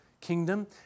kingdom